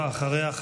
ואחריה,